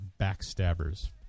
Backstabbers